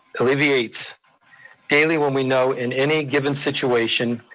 alleviates daily, when we know in any given situation,